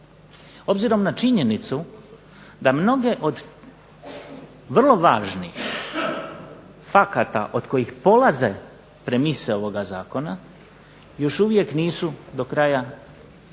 obzirom na činjenicu da mnoge od vrlo važnih fakata od kojih polaze premise ovoga zakona, još uvijek nisu do kraja definirane